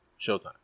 Showtime